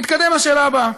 נתקדם לשאלה הבאה.